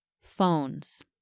Phones